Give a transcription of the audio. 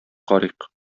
карыйк